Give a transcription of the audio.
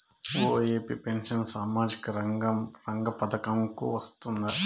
OAP pension సామాజిక రంగ పథకం కు వస్తుందా?